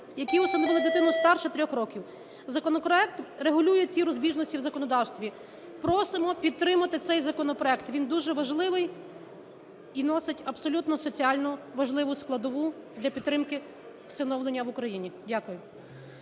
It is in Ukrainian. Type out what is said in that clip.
які усиновили дитину старшу 3 років. Законопроект регулює ці розбіжності в законодавстві. Просимо підтримати цей законопроект, він дуже важливий і носить абсолютно соціально важливу складову для підтримки усиновлення в Україні. Дякую.